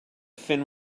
fin